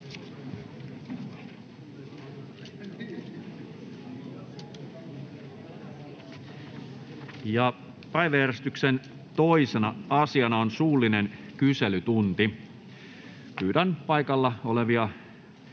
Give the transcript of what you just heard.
Päiväjärjestyksen 2. asiana on suullinen kyselytunti. Pyydän paikalla olevia